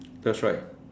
that's right